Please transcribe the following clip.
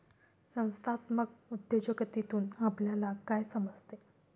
संस्थात्मक उद्योजकतेतून आपल्याला काय समजते?